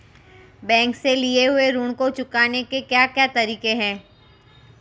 Bank से लिए हुए ऋण को चुकाने के क्या क्या तरीके हैं?